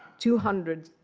two hundred